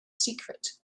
secret